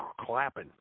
clapping